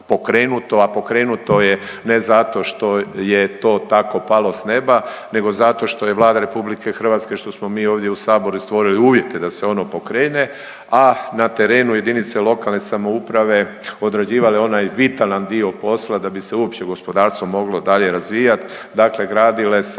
a pokrenuto je ne zato što je to tako palo s neba, nego zato što je Vlada RH, što smo mi ovdje u saboru stvorili uvjete da se ono pokrene, a na terenu jedinice lokalne samouprave odrađivale onaj vitalan dio posla da bi se uopće gospodarstvo moglo dalje razvijat. Dakle gradila se